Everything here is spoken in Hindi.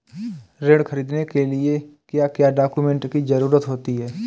ऋण ख़रीदने के लिए क्या क्या डॉक्यूमेंट की ज़रुरत होती है?